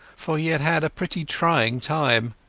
for he had had a pretty trying time.